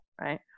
right